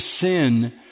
sin